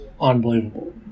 unbelievable